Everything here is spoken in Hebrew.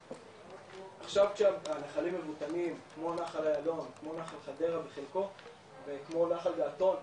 עכשיו שהנחלים כמו נחל איילון כמו נחל חדרה בחלקו וכמו נחל געתון,